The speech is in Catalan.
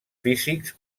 físics